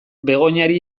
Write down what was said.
begoñari